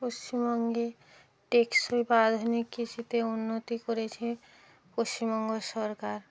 পশ্চিমবঙ্গে টেকসই বা আধুনিক কৃষিতে উন্নতি করেছে পশ্চিমবঙ্গ সরকার